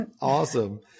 awesome